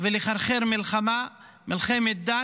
ולחרחר מלחמה, מלחמת דת,